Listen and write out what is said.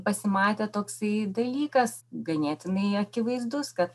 pasimatė toksai dalykas ganėtinai akivaizdus kad